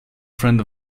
friend